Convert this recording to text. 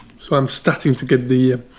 so i'm starting to get the.